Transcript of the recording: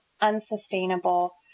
unsustainable